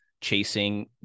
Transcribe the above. chasing